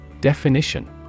Definition